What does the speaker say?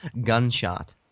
Gunshot